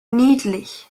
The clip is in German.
niedlich